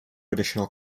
additional